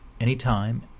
anytime